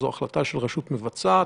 זאת החלטה של רשות מבצעת,